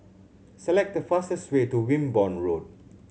select the fastest way to Wimborne Road